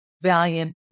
valiant